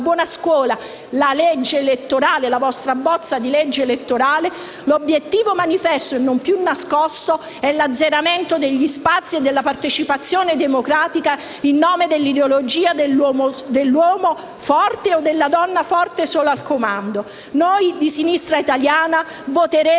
buona scuola, nonché la vostra bozza di legge elettorale, l'obiettivo manifesto e non più nascosto è l'azzeramento degli spazi e della partecipazione democratica in nome dell'ideologia dell'uomo forte o della donna forte sola al comando. Noi di Sinistra Italiana voteremo